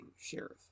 Sheriff